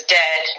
dead